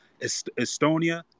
Estonia